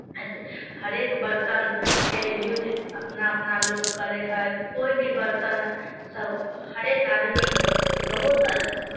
अइसे हरेक बरतनके यूज अपना अपना लोक करै हइ कोइ भी बरतन सभ हरेक आदमी बहुत अ